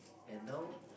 and now